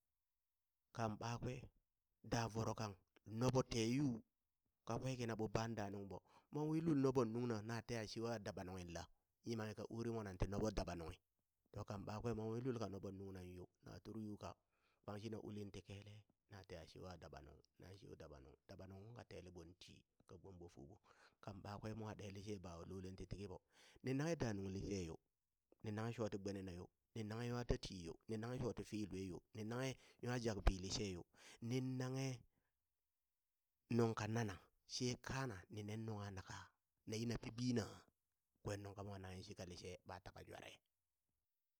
Kan ɓakwe da voro kang noɓo tee yuu kakwe kina ɓo baa da nungɓo, mon wi lul nobon nungna na teha sheuwa daba nunghin la? yimanghi mona ka uri ti noɓo daba nunghi, to kan ɓakwe mon wi lul ka noɓon nungnan yo, na tur yu ka shina kbang shina ulin ti kiyale na teha shewa dabanung na sheuwe dabanung dabanung uŋ ka teleɓo ti, ka gbomɓo fuɓo kan ɓakwe mwa le lishe bawai lolen ti tikiɓo ninanghe da nung lishe yo ni nanghe shoti gbenena yo, ni nanghe nwa tatiyo ni nanghe shoti fii lue yo ni nanghe nwa jak bi lishe yo nin nanghe nungka nana she kaana ni nen nungha nakha? na yi na pibina? kwen nuŋka mwa nanghe shi ka lishe ɓa taka jware.